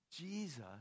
Jesus